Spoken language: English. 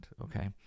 okay